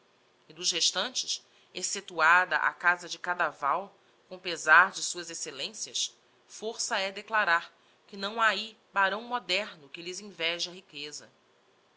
e dos restantes exceptuada a casa de cadaval com pesar de ss exc as força é declarar que não ha ahi barão moderno que lhes inveje a riqueza